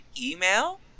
email